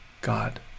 God